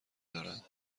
دارند